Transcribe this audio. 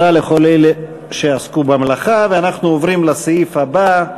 אחדות דעים גם כאן: